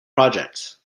projects